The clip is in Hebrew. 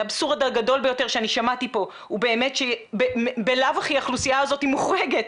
האבסורד הגדול ביותר ששמעתי פה הוא שבלאו הכי האוכלוסייה הזאת מוחרגת,